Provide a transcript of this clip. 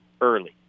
early